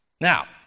Now